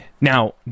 Now